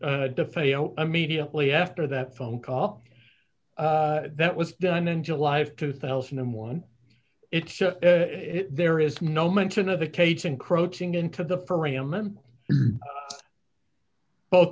de fazio immediately after that phone call that was done in july of two thousand and one it's just there is no mention of the case encroaching into the program both